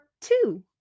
two